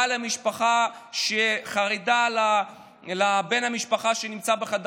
בא למשפחה שחרדה לבן המשפחה שנמצא בחדר